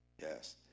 Yes